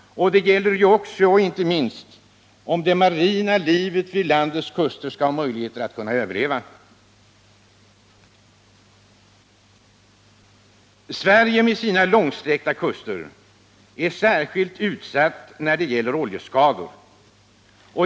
Det gäller också, och inte minst, om det marina livet vid landets kuster skall ha möjligheter att överleva. Sverige med sina långsträckta kuster är särskilt utsatt när det gäller oljeskador.